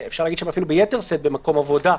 ואפשר להגיד שאפילו ביתר שאת במקום עבודה.